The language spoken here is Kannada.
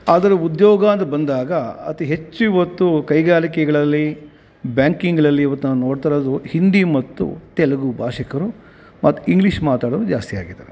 ಆದರೆ ಉದ್ಯೋಗ ಅಂತ ಬಂದಾಗ ಅತಿ ಹೆಚ್ಚು ಇವತ್ತು ಕೈಗಾರಿಕೆಗಳಲ್ಲಿ ಬ್ಯಾಂಕಿಂಗ್ಗಳಲ್ಲಿ ಇವತ್ತು ನಾವು ನೋಡ್ತಾ ಇರೋದು ಹಿಂದಿ ಮತ್ತು ತೆಲುಗು ಭಾಷಿಕರು ಮತ್ತು ಇಂಗ್ಲೀಷ್ ಮಾತಾಡೋರು ಜಾಸ್ತಿಯಾಗಿದ್ದಾವೆ